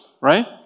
right